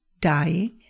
dying